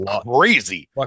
crazy